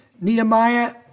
Nehemiah